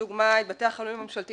למה שנביא את כל השלטון המקומי